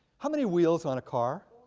how many wheels on a car?